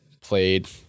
played